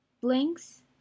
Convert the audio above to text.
blinks